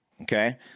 Okay